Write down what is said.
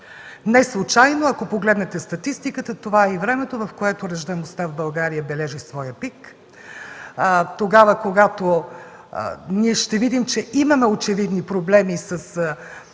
Неслучайно, ако погледнете статистиката, това е и времето, в което раждаемостта в България бележи своя пик. Ще видим, че имаме очевидни проблеми с